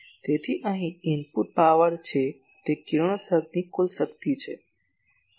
તેથી અહીં input power છે તે કિરણોત્સર્ગની કુલ શક્તિ હતી